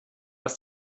was